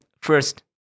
first